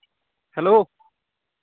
hello